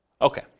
Okay